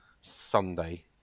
Sunday